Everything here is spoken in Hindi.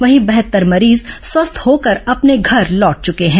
वहीं बहत्तर मरीज स्वस्थ होकर अपने घर लौट चुके हैं